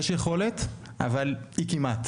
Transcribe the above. יש יכולת אבל היא כמעט,